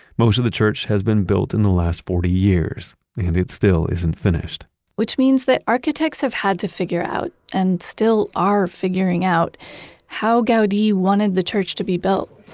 most of the church has been built in the last forty years and it still isn't finished which means that architects have had to figure out, and still are figuring out how gaudi wanted the church to be built